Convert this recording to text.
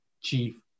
chief